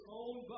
own